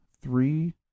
three